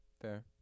Fair